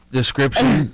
description